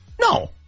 No